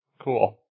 Cool